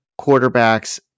quarterbacks